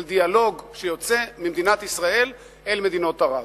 של דיאלוג, שיוצא ממדינת ישראל אל מדינות ערב.